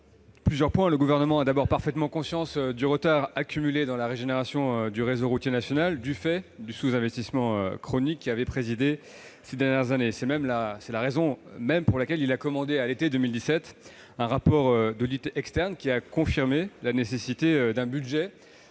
tout d'abord, le Gouvernement a parfaitement conscience du retard accumulé dans la régénération du réseau routier national, du fait des sous-investissements chroniques de ces dernières années. C'est la raison pour laquelle il a commandé, à l'été 2017, un rapport d'audit externe, qui a confirmé la nécessité d'un budget